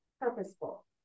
purposeful